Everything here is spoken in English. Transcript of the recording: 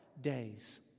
days